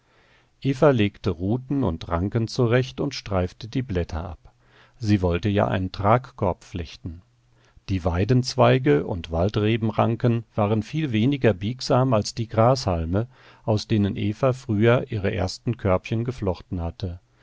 legte ruten und ranken zurecht und streifte die blätter ab sie wollte ja einen tragkorb flechten die weidenzweige und waldrebenranken waren viel weniger biegsam als die grashalme aus denen eva früher ihre ersten körbchen geflochten hatte